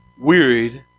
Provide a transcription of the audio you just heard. wearied